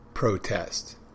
protest